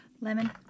Lemon